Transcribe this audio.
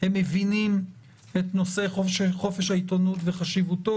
הם מבינים את נושא חופש העיתונות וחשיבותו.